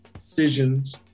decisions